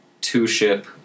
two-ship